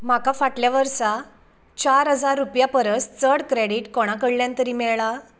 म्हाका फाटल्या वर्सा चार हजार रुपया परस चड क्रॅडिट कोणा कडल्यान तरी मेळ्ळां